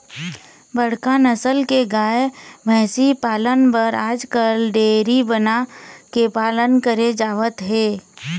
बड़का नसल के गाय, भइसी पालन बर आजकाल डेयरी बना के पालन करे जावत हे